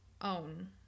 own